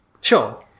Sure